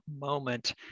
moment